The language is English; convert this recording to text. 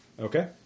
Okay